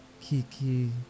kiki